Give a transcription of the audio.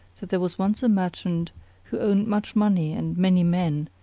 that there was once a merchant who owned much money and many men,